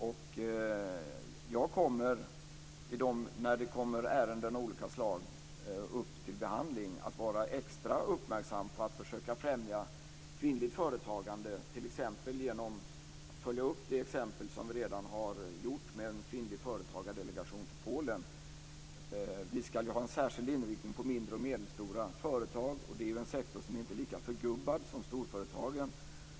När det kommer upp ärenden av olika slag till behandling kommer jag att vara extra uppmärksam på att man ska försöka främja kvinnligt företagande, t.ex. genom att följa upp det exempel som vi redan har gjort med en kvinnlig företagardelegation till Polen. Vi ska ha en särskild inriktning på mindre och medelstora företag. Det är en sektor som inte är lika förgubbad som storföretagen.